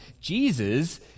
Jesus